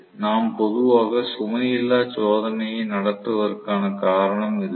நாம் பொதுவாக சுமை இல்லா சோதனையை நடத்துவதற்கான காரணம் இதுதான்